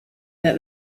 that